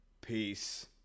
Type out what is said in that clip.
Peace